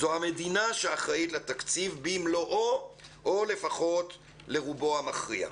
זו המדינה שאחראית לתקציב במלואו או לפחות לרובו המכריע.